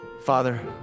Father